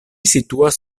situas